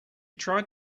tried